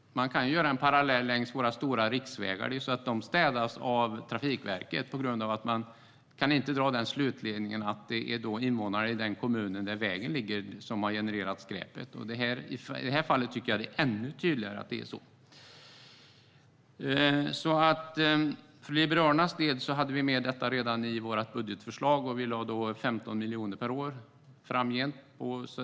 Man kan dra en parallell till våra stora riksvägar. De städas av Trafikverket på grund av att man inte kan dra slutsatsen att det är invånarna i den kommun där vägen ligger som har genererat skräpet. I det här fallet tycker jag att det är ännu tydligare att det är så. För Liberalernas del hade vi med detta redan i vårt budgetförslag. Vi lade 15 miljoner per år framgent.